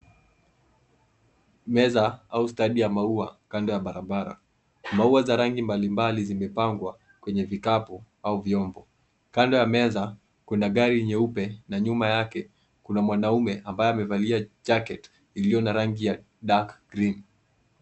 Meza au standi ya maua kando ya barabara. Maua za rangi mbali mbali zimepangwa kwenye vikapu au vyombo. Kando ya meza kuna gari nyeupe na nyuma yake kuna mwanaume ambaye amevalia(cs)jacket(cs)iliyo na rangi ya (cs)dark green(cs).